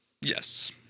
Yes